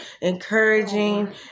encouraging